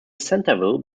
centerville